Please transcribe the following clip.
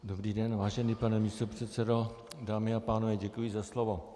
Dobrý den, vážený pane místopředsedo, dámy a pánové, děkuji za slovo.